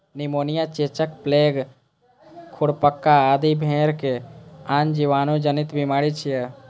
pneumonia, चेचक, plague, खुरपका आदि भेड़क आन जीवाणु जनित बीमारी छियै